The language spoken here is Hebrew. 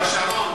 אריק שרון,